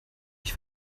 ich